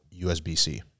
USB-C